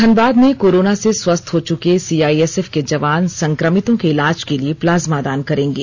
धनबाद में कोरोना से स्वस्थ हो चुके सीआइएसएफ के जवान संक्रमितों के इलाज के लिए प्लाज्मा दान करेंगे